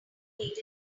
need